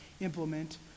implement